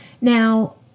Now